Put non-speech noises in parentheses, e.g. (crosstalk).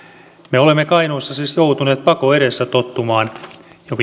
me olemme kainuussa siis joutuneet pakon edessä tottumaan jo (unintelligible)